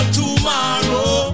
tomorrow